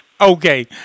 okay